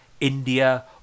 India